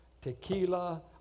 Tequila